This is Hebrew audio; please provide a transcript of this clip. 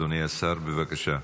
אדוני השר, בבקשה.